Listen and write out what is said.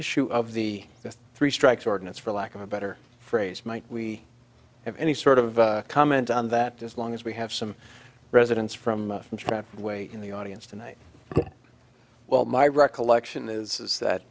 issue of the three strikes ordinance for lack of a better phrase might we have any sort of comment on that as long as we have some residents from from tribe way in the audience tonight well my recollection is that